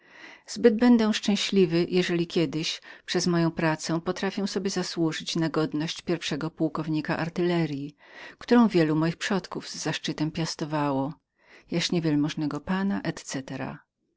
zbyt będę szczęśliwym jeżeli kiedyś przez moją pracę potrafię sobie zasłużyć na godność pierwszego pułkownika artyleryi którą wielu moich przodków z zaszczytem piastowało jwpana